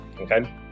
okay